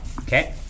okay